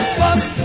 bust